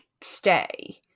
stay